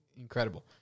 incredible